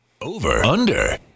Over-under